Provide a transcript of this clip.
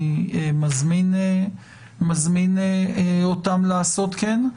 אני מזמין אותם לעשות כן.